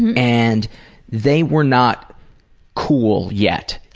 and they were not cool yet.